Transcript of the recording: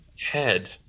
head